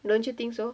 don't you think so